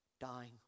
dying